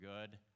good